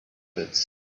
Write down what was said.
pits